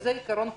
וזה עיקרון חוקתי.